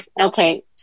Okay